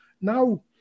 Now